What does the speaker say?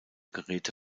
geräte